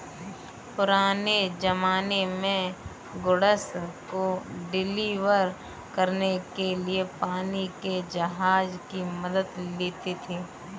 पुराने ज़माने में गुड्स को डिलीवर करने के लिए पानी के जहाज की मदद लेते थे